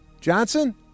Johnson